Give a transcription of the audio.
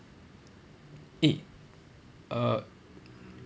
eh err